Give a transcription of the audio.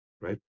Right